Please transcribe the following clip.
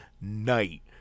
night